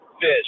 fish